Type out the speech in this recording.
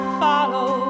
follow